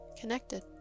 connected